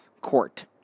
court